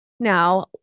Now